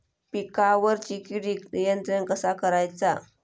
पिकावरची किडीक नियंत्रण कसा करायचा?